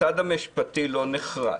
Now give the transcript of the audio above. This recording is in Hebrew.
הצד המשפטי לא נחרץ,